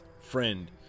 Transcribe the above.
Friend